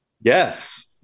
Yes